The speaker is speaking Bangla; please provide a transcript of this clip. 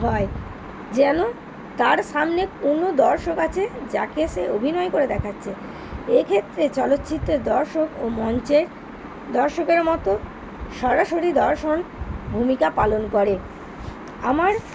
হয় যেন তার সামনে কোনো দর্শক আছে যাকে সে অভিনয় করে দেখাচ্ছে এ ক্ষেত্রে চলচ্চিত্রের দর্শকও মঞ্চের দর্শকের মতো সরাসরি দর্শন ভূমিকা পালন করে আমার